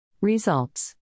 Results